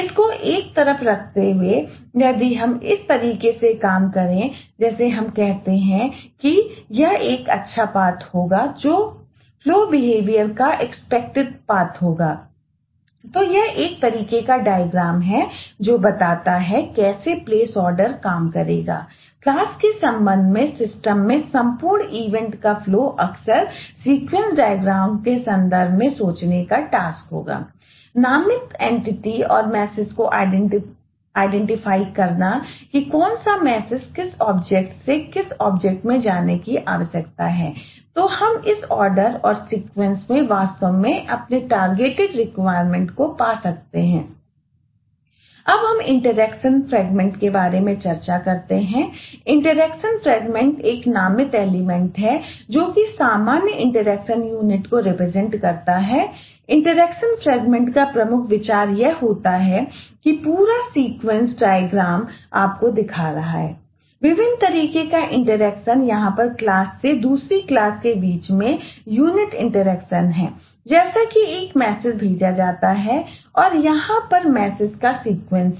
इसको एक तरफ रखते हुए यदि हम इस तरीके से काम करें जैसे हम कहते हैं कि एक अच्छा पाथ पा सकते हैं अब हम इंटरेक्शन फ्रेगमेंट कि एक संपूर्ण तस्वीर को दिखाते हैं